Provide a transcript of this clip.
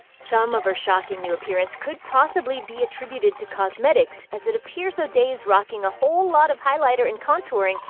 some of her shocking new appearance could possibly be attributed to cosmetics, as it appears o'day is rocking a whole lot of highlighter and contouring,